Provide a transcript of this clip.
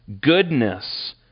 goodness